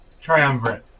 Triumvirate